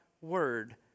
word